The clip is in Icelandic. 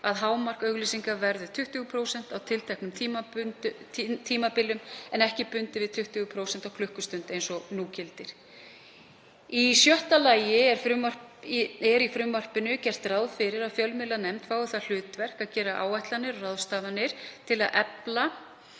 að hámark auglýsinga verði 20% á tilteknum tímabilum en ekki bundið við 20% á klukkustund eins og nú gildir. Í sjötta lagi er í frumvarpinu gert ráð fyrir að fjölmiðlanefnd fái það hlutverk að gera áætlanir og ráðstafanir til að efla